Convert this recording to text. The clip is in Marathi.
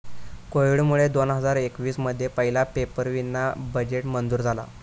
कोविडमुळे दोन हजार एकवीस मध्ये पहिला पेपरावीना बजेट मंजूर झाला